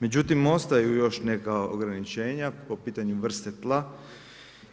Međutim, ostaju još neka ograničenja, po pitanju vrste tla